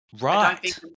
Right